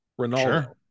ronaldo